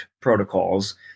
protocols